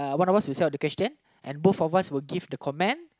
one of us will say out the question and both of us will give the comment